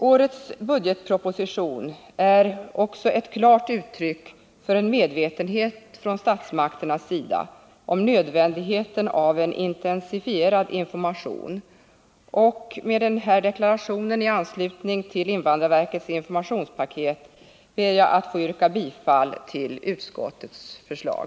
Årets budgetproposition är också ett klart uttryck för en medvetenhet från statsmakternas sida om nödvändigheten av en intensifierad information, och med den här deklarationen i anslutning till invandrarverkets informationspaket ber jag att få yrka bifall till utskottets förslag.